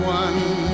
one